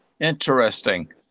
Interesting